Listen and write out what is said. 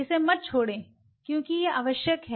इसे मत छोड़ो क्योंकि यह आवश्यक है